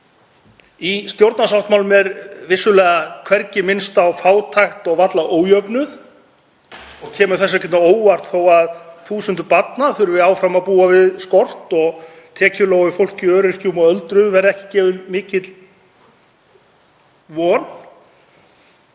Í stjórnarsáttmálanum er vissulega hvergi minnst á fátækt og varla ójöfnuð. Það kemur því ekkert á óvart þó að þúsundir barna þurfi áfram að búa við skort og tekjulágu fólki, öryrkjum og öldruðum verði ekki gefin mikil von.